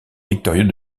victorieux